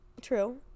true